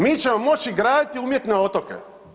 Mi ćemo moći graditi umjetne otoke.